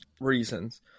reasons